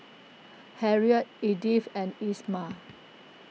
Harriett Edyth and Isamar